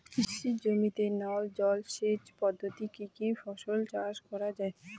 কৃষি জমিতে নল জলসেচ পদ্ধতিতে কী কী ফসল চাষ করা য়ায়?